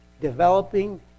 developing